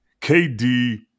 KD